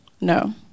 No